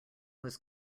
was